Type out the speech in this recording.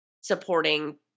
supporting